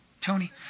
Tony